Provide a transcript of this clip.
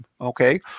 okay